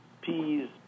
peas